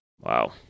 Wow